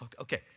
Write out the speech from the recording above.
Okay